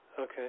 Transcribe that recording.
okay